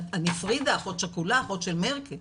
אני פרידה, אחות שכולה, אחות של מאירק'ה.